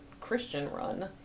Christian-run